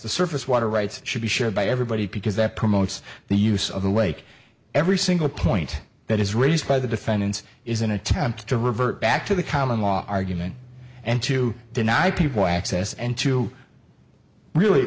the surface water rights should be shared by everybody because that promotes the use of the lake every single point that is raised by the defendants is an attempt to revert back to the common law argument and to deny people access and to really